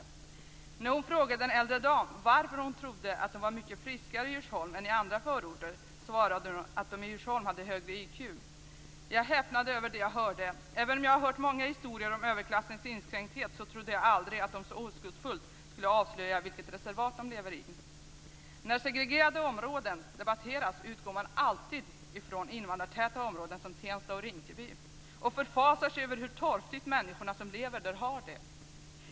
När journalisten frågade en äldre dam varför hon trodde att folk var mycket friskare i Djursholm jämfört med andra förorter svarade damen att de i Djursholm har högre IQ. Jag häpnade över det jag hörde. Även om jag har hört många historier om överklassens inskränkthet trodde jag aldrig att man så oskuldsfullt skulle avslöja vilket reservat man lever i. När segregerade områden debatteras utgår man alltid från invandrartäta områden som Tensta och Rinkeby. Man förfasar sig över hur torftigt de människor har det som lever där.